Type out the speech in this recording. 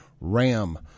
Ram